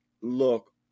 look